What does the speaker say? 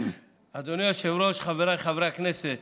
אדוני היושב-ראש, חבריי חברי הכנסת,